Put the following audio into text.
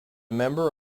member